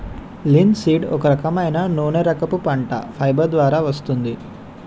linseed ఒక రకమైన నూనెరకపు పంట, ఫైబర్ ద్వారా వస్తుంది